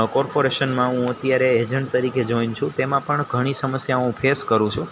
કોર્પોરેશનમાં હું અત્યારે એજન્ટ તરીકે જોઈન છું તેમાં પણ ઘણી સમસ્યાઓ હું ફેસ કરું છું